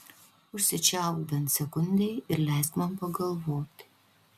užsičiaupk bent sekundei ir leisk man pagalvoti